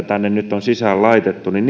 tänne nyt on sisään laitettu